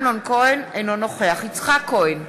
אינו נוכח יצחק כהן,